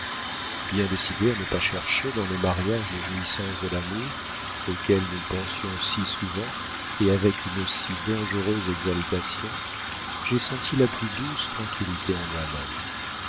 bien décidée à ne pas chercher dans le mariage les jouissances de l'amour auxquelles nous pensions si souvent et avec une si dangereuse exaltation j'ai senti la plus douce tranquillité en moi-même